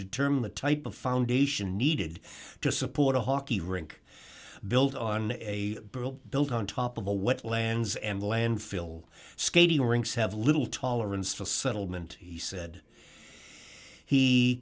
determine the type of foundation needed to support a hockey rink built on a barrel built on top of a wetlands and landfill skating rinks have little tolerance for a settlement he said he